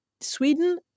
Sweden